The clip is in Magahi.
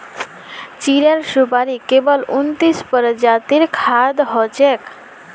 चीड़ेर सुपाड़ी केवल उन्नतीस प्रजातिर खाद्य हछेक